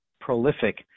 prolific